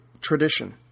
tradition